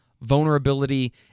vulnerability